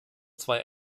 zwei